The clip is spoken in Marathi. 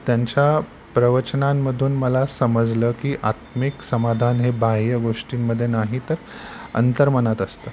त्यांच्या प्रवचनांमधून मला समजलं की आत्मिक समाधान हे बाह्य गोष्टींमध्ये नाही तर असतं